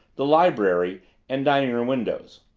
the library and dining-room windows.